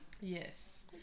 yes